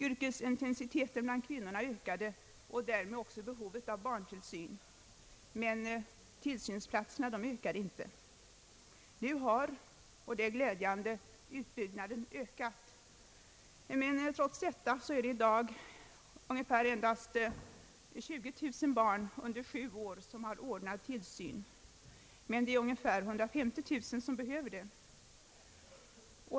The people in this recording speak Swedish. Yrkesintensiteten bland kvinnorna ökade och därvid behovet av barntillsyn. Men tillsynsplatserna ökade inte. Nu har — och det är glädjande — utbyggnaden ökat, men trois detta är det i dag endast 20000 barn under sju år som har ordnad tillsyn, medan det är 150 0900 som behöver det.